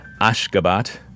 Ashgabat